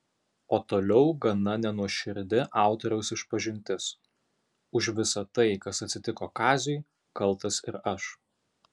o toliau gana nenuoširdi autoriaus išpažintis už visa tai kas atsitiko kaziui kaltas ir aš